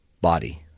body